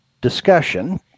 discussion